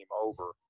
over